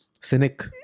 cynic